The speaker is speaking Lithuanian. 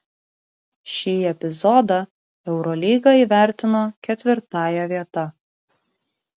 šį epizodą eurolyga įvertino ketvirtąja vieta